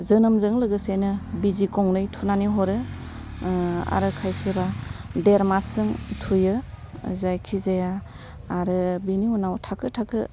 जोनोमजों लोगोसेनो बिजि गंनै थुनानै हरो खायसेबा देरमासजों थुयो जायखि जाया आरो बिनि उनाव थाखो थाखो